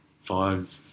five